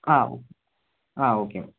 ആ ഓ ആ ഓക്കെ